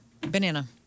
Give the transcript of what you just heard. Banana